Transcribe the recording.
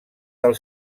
del